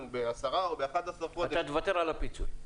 ב-10 או ב-11 חודש --- אתה תוותר על הפיצוי.